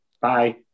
Bye